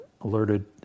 alerted